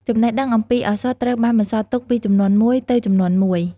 ចំណេះដឹងអំពីឱសថត្រូវបានបន្សល់ទុកពីជំនាន់មួយទៅជំនាន់មួយ។